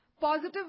Positive